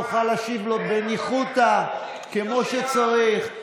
תוכל להשיב לו בניחותא, כמו שצריך.